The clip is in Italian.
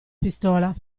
pistola